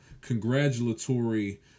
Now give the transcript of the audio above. congratulatory